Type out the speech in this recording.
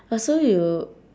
!huh! so you